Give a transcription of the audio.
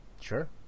Sure